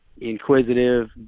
inquisitive